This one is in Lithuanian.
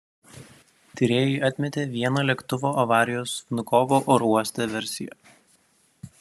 tyrėjai atmetė vieną lėktuvo avarijos vnukovo oro uoste versiją